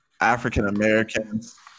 African-Americans